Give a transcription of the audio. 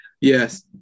Yes